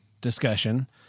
discussion